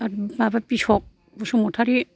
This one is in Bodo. माबा बिसक बसुमतारी